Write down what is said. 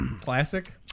Classic